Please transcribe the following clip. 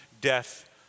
death